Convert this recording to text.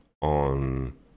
on